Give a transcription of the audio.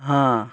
হ্যাঁ